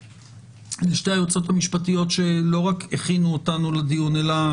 לשתי היועצות המשפטיות שלא רק בכינו אותנו לדיון אלא